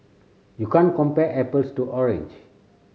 you can't compare apples to orange